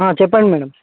చెప్పండి మేడమ్